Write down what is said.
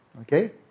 okay